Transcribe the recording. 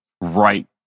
right